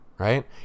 Right